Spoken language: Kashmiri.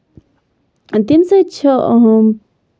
تَمہِ سۭتۍ چھِ